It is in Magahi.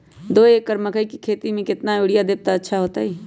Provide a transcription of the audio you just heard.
दो एकड़ मकई के खेती म केतना यूरिया देब त अच्छा होतई?